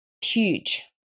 huge